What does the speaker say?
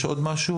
יש עוד משהו?